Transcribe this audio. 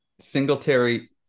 Singletary